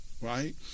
right